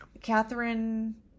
Catherine